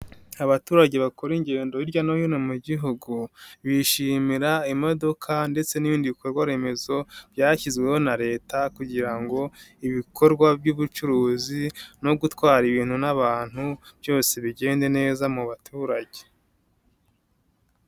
Abaturage bakore ingendo hirya no hino mu gihugu, bishimira imodoka ndetse n'ibindi bikorwa remezo byashyizweho na Leta, kugira ngo ibikorwa by'ubucuruzi no gutwara ibintu n'abantu byose bigende neza mu baturage.